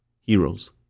Heroes